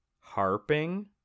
harping